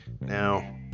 now